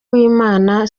w’imana